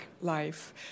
life